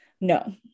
No